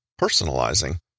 personalizing